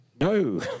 No